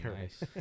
nice